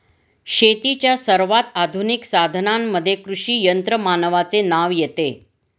शेतीच्या सर्वात आधुनिक साधनांमध्ये कृषी यंत्रमानवाचे नाव येते